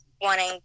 wanting